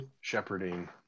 shepherding